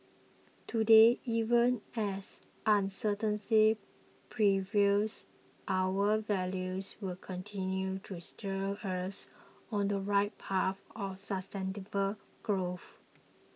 today even as uncertainty prevails our values will continue to steer us on the right path of sustainable growth